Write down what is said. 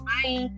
Bye